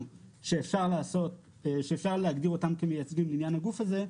שאפשר להגדיר אותם כמייצגים לעניין הגוף הזה,